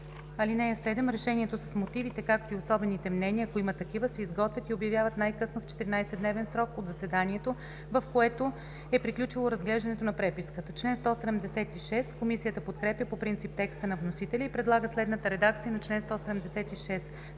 (7) Решението с мотивите, както и особените мнения, ако има такива, се изготвят и обявяват най-късно в 14-дневен срок от заседанието, в което е приключило разглеждането на преписката.“ Комисията подкрепя по принцип текста на вносителя и предлага следната редакция на чл. 176: